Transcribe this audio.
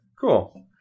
Cool